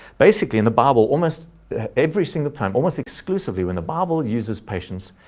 basically, in the bible almost every single time almost exclusively when the bible uses patience,